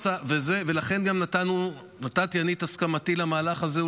ולכן גם נתתי אני את הסכמתי למהלך הזה,